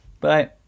Bye